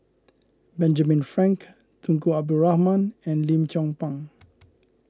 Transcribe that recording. Benjamin Frank Tunku Abdul Rahman and Lim Chong Pang